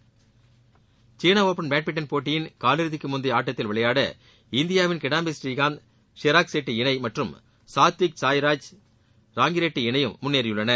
badminton சீன open badminton போட்டியின் காலிறுதிக்கு முந்தைய ஆட்டத்தில் விளையாட இந்தியாவின் கிடாம்பி ஸ்ரீகாந்த் சிராக் ஷெட்டி இணை மற்றும் சாத்விக் சாய்ராஜ் ராங்கி ரெட்டி இணையும் முன்னேறியுள்ளனர்